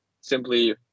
simply